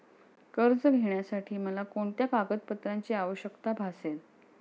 कर्ज घेण्यासाठी मला कोणत्या कागदपत्रांची आवश्यकता भासेल?